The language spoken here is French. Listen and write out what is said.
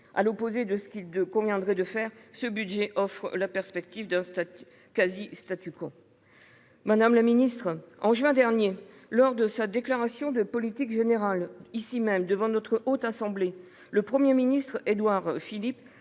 À l'opposé de ce qu'il conviendrait de faire, ce budget offre pourtant la perspective d'un quasi-Madame la ministre, en juin dernier, dans sa déclaration de politique générale devant la Haute Assemblée, le Premier ministre, Édouard Philippe,